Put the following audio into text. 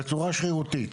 בצורה שרירותית,